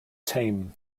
tame